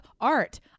art